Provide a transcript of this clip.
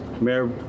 Mayor